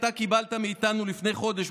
אתה קיבלת מאיתנו לפני חודש,